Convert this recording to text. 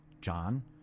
John